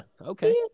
Okay